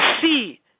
see